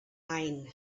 ein